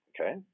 okay